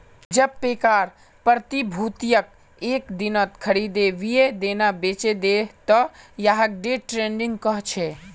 जब पैकार प्रतिभूतियक एक दिनत खरीदे वेय दिना बेचे दे त यहाक डे ट्रेडिंग कह छे